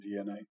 DNA